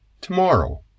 tomorrow